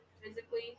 physically